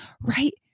right